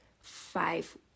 five